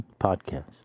Podcast